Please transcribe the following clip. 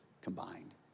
combined